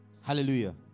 Hallelujah